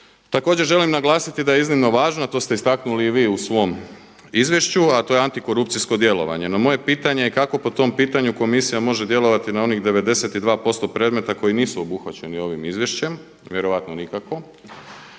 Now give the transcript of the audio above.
Također želim naglasiti da je iznimno važno, a to ste istaknuli vi u svom izvješću, a to je antikorupcijsko djelovanje. No moje pitanje je kako po tom pitanju komisija može djelovati na onih 92% predmeta koji nisu obuhvaćeni ovim izvješće? Vjerojatno nikako.